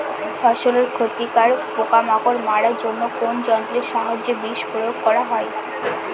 ফসলের ক্ষতিকর পোকামাকড় মারার জন্য কোন যন্ত্রের সাহায্যে বিষ প্রয়োগ করা হয়?